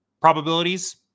probabilities